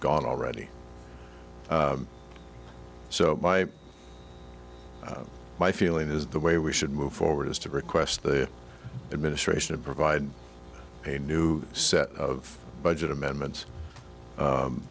gone already so my my feeling is the way we should move forward is to request the administration to provide a new set of budget amendments